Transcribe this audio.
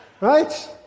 Right